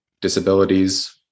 disabilities